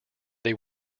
they